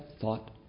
thought